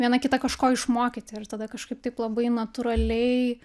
viena kitą kažko išmokyti ir tada kažkaip taip labai natūraliai